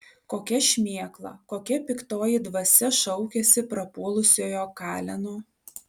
kokia šmėkla kokia piktoji dvasia šaukiasi prapuolusiojo kaleno